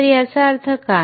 तर याचा अर्थ काय